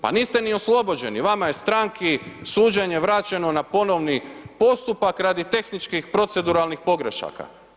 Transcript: Pa niste ni oslobođeni, vama je stranki suđenje vraćeno na ponovni postupak radi tehničkih proceduralnih pogrešaka.